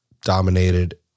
dominated